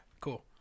cool